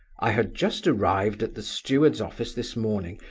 i had just arrived at the steward's office this morning,